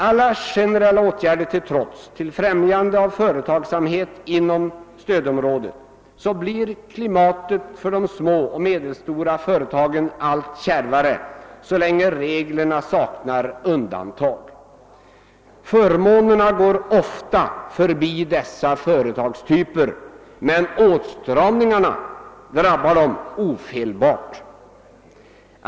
Alla generella åtgärder till trots till främjande av företagsamhet inom stödområdet blir klimatet för de små och medelstora företagen allt kärvare så länge reglerna saknar undantag. Förmånerna går ofta förbi dessa företagstyper, men åtstramningarna drabbar dem ofelbart.